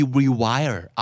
rewire